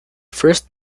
first